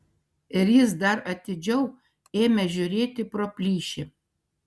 ir jis dar atidžiau ėmė žiūrėti pro plyšį